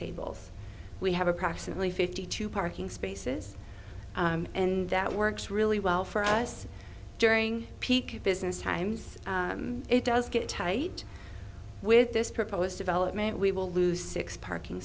tables we have approximately fifty two parking spaces and that works really well for us during peak business times it does get tight with this proposed development we will lose six parking